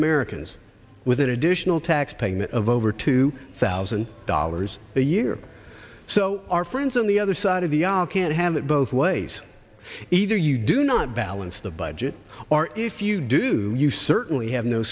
americans with an additional tax payment of over two thousand dollars a year so our friends on the other side of the aisle can't have it both ways either you do not balance the budget or if you do you certainly have no